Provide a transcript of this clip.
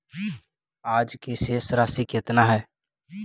आज के शेष राशि केतना हई?